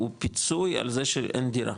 הוא פיצוי על זה שאין דירה,